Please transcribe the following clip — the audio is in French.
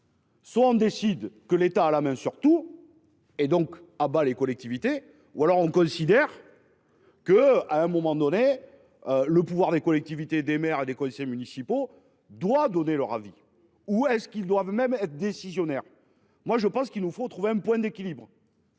Soit on décide que l'État à la main sur tout. Et donc ah bah les collectivités ou alors on considère. Que à un moment donné. Le pouvoir des collectivités, des maires et des policiers municipaux doit donner leur avis ou est-ce qu'ils doivent même décisionnaires. Moi je pense qu'il nous faut trouver un point d'équilibre.